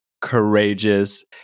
courageous